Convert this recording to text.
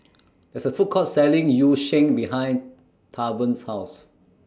There IS A Food Court Selling Yu Sheng behind Tavon's House